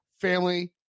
family